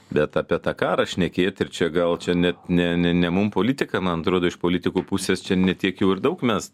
bet apie tą karą šnekėti ir čia gal čia net ne ne ne mum politika man atrodo iš politikų pusės čia ne tiek jau ir daug mes